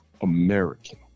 American